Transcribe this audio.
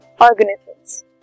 organisms